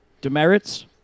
Demerits